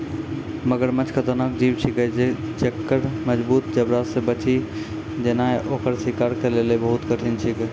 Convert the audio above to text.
मगरमच्छ खतरनाक जीव छिकै जेक्कर मजगूत जबड़ा से बची जेनाय ओकर शिकार के लेली बहुत कठिन छिकै